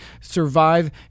survive